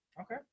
Okay